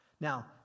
Now